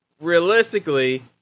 realistically